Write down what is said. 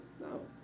No